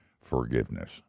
forgiveness